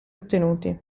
ottenuti